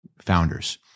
founders